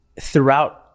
throughout